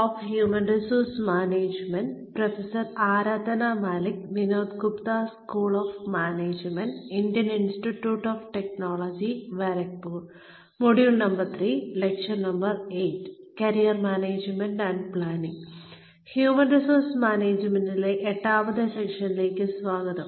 human resource മാനേജ്മെന്റിലെ എട്ടാമത്തെ സെഷനിലേക്ക് സ്വാഗതം